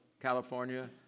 california